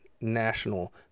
national